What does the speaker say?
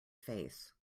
face